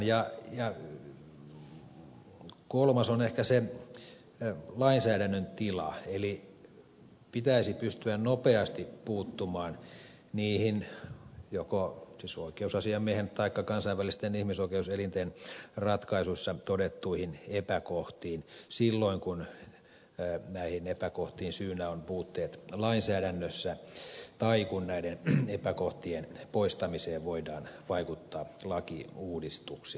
kolmas on ehkä se lainsäädännön tila eli pitäisi pystyä nopeasti puuttumaan niihin joko oikeusasiamiehen taikka kansainvälisten ihmisoikeuselinten ratkaisuissa todettuihin epäkohtiin silloin kun näihin epäkohtiin syynä ovat puutteet lainsäädännössä tai kun näiden epäkohtien poistamiseen voidaan vaikuttaa lakiuudistuksilla